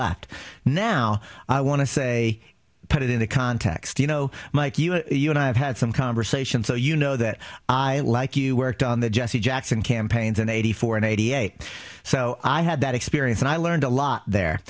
left now i want to say put it in the context you know mike you know you and i have had some conversations so you know that i like you worked on the jesse jackson campaigns in eighty four and eighty eight so i had that experience and i learned a lot there